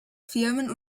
firmen